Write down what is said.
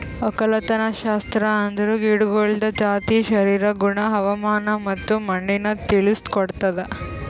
ಒಕ್ಕಲತನಶಾಸ್ತ್ರ ಅಂದುರ್ ಗಿಡಗೊಳ್ದ ಜಾತಿ, ಶರೀರ, ಗುಣ, ಹವಾಮಾನ ಮತ್ತ ಮಣ್ಣಿನ ತಿಳುಸ್ ಕೊಡ್ತುದ್